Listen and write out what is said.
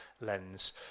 lens